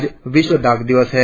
आज विश्व डाक दिवस है